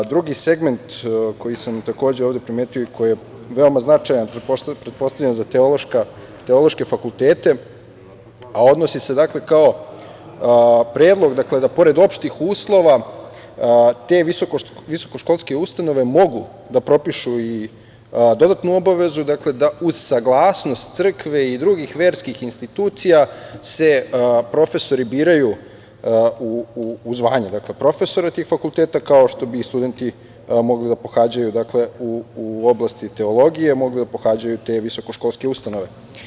Drugi segment koji sam takođe ovde primetio i koji je veoma značajan, pretpostavljam za teološke fakultete, a odnosi se kao predlog da pored opštih uslova, te visokoškolske ustanove mogu da propišu dodatnu obavezu da uz saglasnost crkve i drugih verskih institucija se profesori biraju u zvanje profesora tih fakulteta, kao što bi i studenti mogli da pohađaju, u oblasti teologije, mogli da pohađaju te visokoškolske ustanove.